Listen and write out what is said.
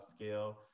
upscale